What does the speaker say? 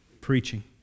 Preaching